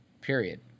period